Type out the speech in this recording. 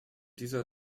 dieser